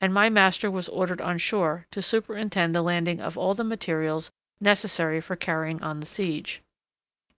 and my master was ordered on shore to superintend the landing of all the materials necessary for carrying on the siege